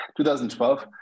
2012